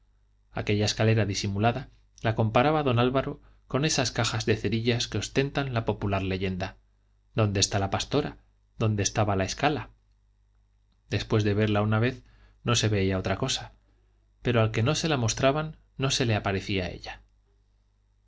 aquella escalera disimulada la comparaba don álvaro con esas cajas de cerillas que ostentan la popular leyenda dónde está la pastora dónde estaba la escala después de verla una vez no se veía otra cosa pero al que no se la mostraban no se le aparecía ella